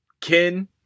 Ken